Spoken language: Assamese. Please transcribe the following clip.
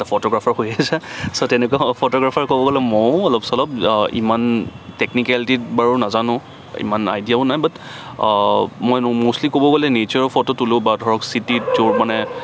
এটা ফটগ্ৰাফাৰ হৈ আছে তেনেকুৱা ফটগ্ৰাফাৰ ক'ব গ'লে ময়ো অলপ চলপ ইমান টেকনিকেলটিত বাৰু নাজানোঁ ইমান আইডিয়াও নাই বাত মই ম'ষ্টলি ক'ব গ'লে নেছাৰৰ ফটো তোলো বা ধৰক চিটিত য'ত মানে